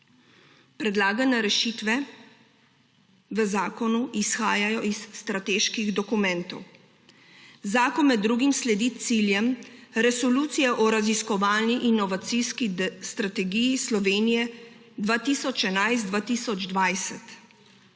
Predlagane rešitve v zakonu izhajajo iz strateških dokumentov. Zakon med drugim sledi ciljem Resolucije o raziskovalni inovacijski strategiji Slovenije 2011–2020.